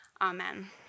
Amen